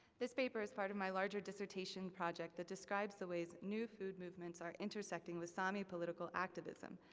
this paper is part of my larger dissertation project that describes the ways new food movements are intersecting with sami political activism,